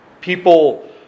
people